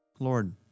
Lord